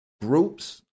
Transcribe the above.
groups